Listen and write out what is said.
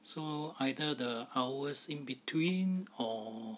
so either the hours in between or